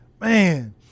Man